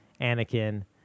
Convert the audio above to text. anakin